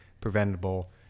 preventable